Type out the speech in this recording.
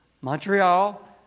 Montreal